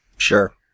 Sure